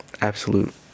absolute